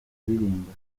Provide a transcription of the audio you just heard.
kuririmba